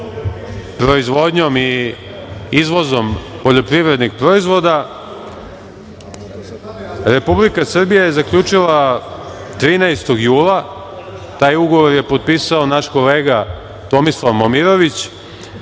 proizvodnjom i izvozom poljoprivrednih proizvoda, Republika Srbija je zaključila 13. jula. Taj ugovor je potpisao naš kolega Tomislav Momirović,